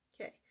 Okay